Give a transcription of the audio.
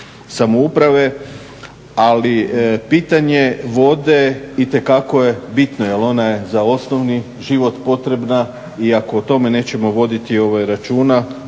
samouprave. Ali pitanje vode itekako je bitno, jer ona je za osnovni život potrebna i ako o tome nećemo voditi računa